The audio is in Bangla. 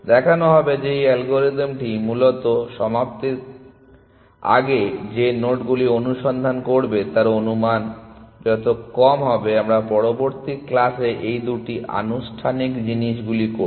দেখানো হবে যে এই অ্যালগরিদমটি মূলত সমাপ্তির আগে যে নোডগুলি অনুসন্ধান করবে তার অনুমান যত কম হবে আমরা পরবর্তী ক্লাসে এই দুটি আনুষ্ঠানিক জিনিসগুলি করব